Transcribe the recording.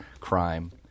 crime